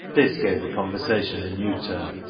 this gave the conversation a new turn,